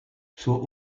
zur